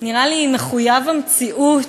נראה לי מחויב המציאות,